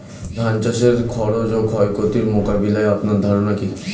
ধান চাষের খরচ ও ক্ষয়ক্ষতি মোকাবিলায় আপনার ধারণা কী?